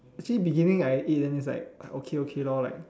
actually beginning I eat then is like I okay okay lor like